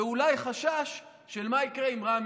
ואולי חשש של מה יקרה אם רע"מ